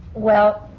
well,